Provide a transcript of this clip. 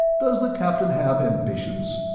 does the captain have ambitions?